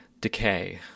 decay